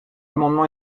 amendement